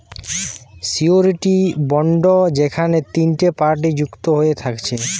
surety bond যেখেনে তিনটে party যুক্ত হয়ে থাকছে